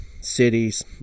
cities